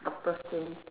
Doctor Strange